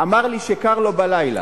קשיש, אמר לי שקר לו בלילה,